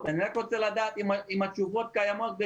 אני רק רוצה לדעת אם הנתונים קיימים.